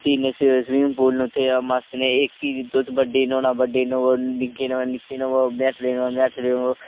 तिन swimming pool न उत्थै मस्त न कि तुसें बड्डे च न्हौना बड्डे च न्होवो निक्के च न्हौना ते निक्के च न्होवो मझाटले च न्होना मझाटले न्होवो